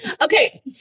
Okay